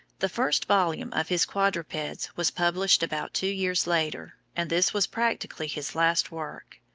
the first volume of his quadrupeds was published about two years later, and this was practically his last work.